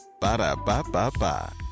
ba-da-ba-ba-ba